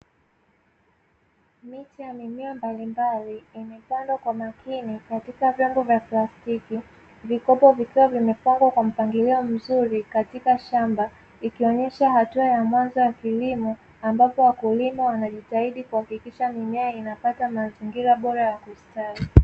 Miche ya mimea mbalimbali imepandwa kwa makini katika vyombo vya plastiki, vikombe vikiwa vimepangwa kwa mpangilio mzuri katika shamba ikionyesha hatua ya mwanzo ya kilimo ambapo wakulima wanajitahidi kuhakikisha mimea inapata mazingira bora ya kustawi.